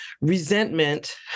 resentment